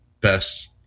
best